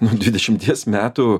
nuo dvidešimties metų